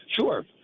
Sure